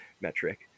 metric